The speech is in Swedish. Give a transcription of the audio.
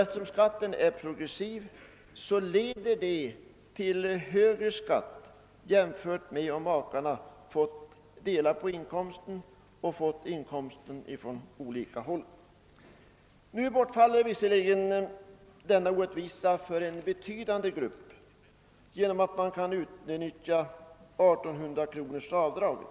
Eftersom skatten är progressiv leder det till högre skatt än om makarna fått dela på inkomsten. Nu bortfaller emellertid denna orättvisa för en betydande grupp genom möjligheten att utnyttja avdraget på 1800 kr.